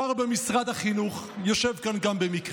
שר במשרד החינוך, גם יושב כאן במקרה,